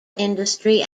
industry